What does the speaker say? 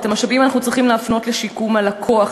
את המשאבים אנו צריכים להפנות לשיקום הלקוח,